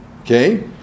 Okay